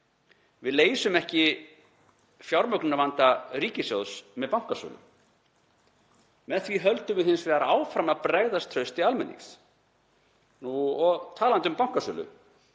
Við leysum ekki fjármögnunarvanda ríkissjóðs með bankasölu. Með því höldum við hins vegar áfram að bregðast trausti almennings. Og talandi um bankasölu